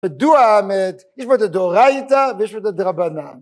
מדוע האמת, יש בו את דהוריתא איתה ויש בו את הדרבנן